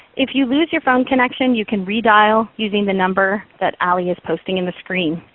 if you lose your phone connection, you can redial using the number that ale is posting in the screen.